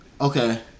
Okay